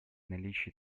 наличии